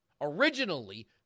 Originally